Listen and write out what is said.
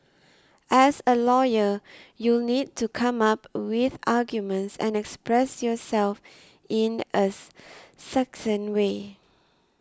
as a lawyer you'll need to come up with arguments and express yourself in as succinct way